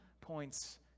points